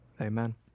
Amen